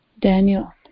Daniel